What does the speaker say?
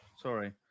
sorry